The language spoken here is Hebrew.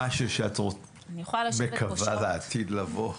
משהו שאת מקווה לעתיד לבוא.